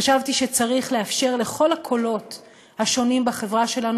חשבתי שצריך לאפשר לכל הקולות השונים בחברה שלנו